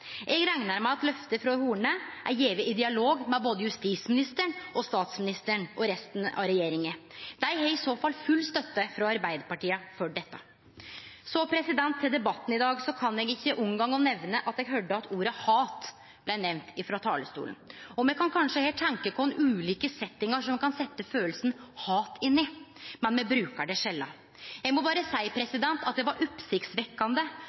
Eg reknar med at løftet frå Horne er gjeve i dialog med både justisministeren, statsministeren og resten av regjeringa. Dei har i så fall full støtte frå Arbeidarpartiet for dette. Når det gjeld debatten i dag, kan eg ikkje unngå å nemne at eg høyrde at hat blei nemnt frå talarstolen. Me kan kanskje her tenkje på ulike settingar som ein kan setje følelsen hat inn i, men me brukar ordet sjeldan. Eg må berre seie